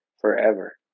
forever